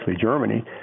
Germany